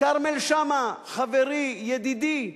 כרמל שאמה, חברי, ידידי,